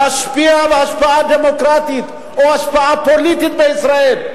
להשפיע בהשפעה דמוקרטית או השפעה פוליטית בישראל,